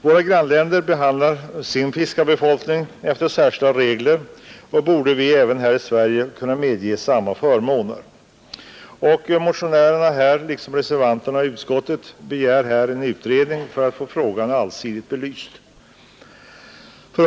Våra grannländer behandlar sin fiskarbefolkning efter särskilda regler, och vi borde även här i Sverige kunna medge sådana förmåner. Motionärerna, liksom reservanterna i utskottet, begär en utredning för att få frågan allsidigt belyst.